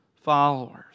followers